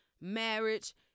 marriage